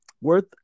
worth